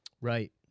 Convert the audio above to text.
Right